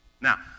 Now